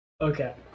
Okay